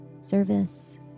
service